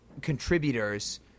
contributors